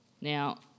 Now